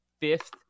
fifth